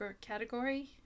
category